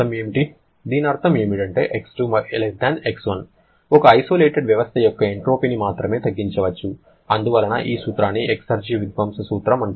దీని అర్థం ఏమిటంటే X2 X1 ఒక ఐసోలేటెడ్ వ్యవస్థ యొక్క ఎంట్రోపీని మాత్రమే తగ్గించవచ్చు అందువలన ఈ సూత్రాన్ని ఎక్సర్జి విధ్వంస సూత్రం అంటారు